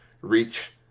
reach